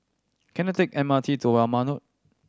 can I take M R T to Warna Road